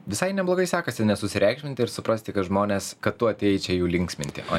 visai neblogai sekasi nesusireikšminti ir suprasti kad žmonės kad tu atėjai čia jų linksminti o